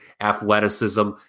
Athleticism